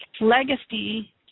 legacy